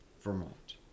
Vermont